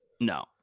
No